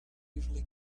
usually